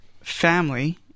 family